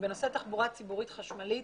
בנושא תחבורה ציבורית חשמלית.